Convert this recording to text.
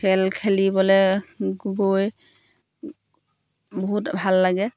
খেল খেলিবলৈ গৈ বহুত ভাল লাগে